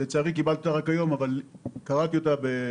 לצערי קיבלתי אותה רק היום אבל קראתי אותה בעיון.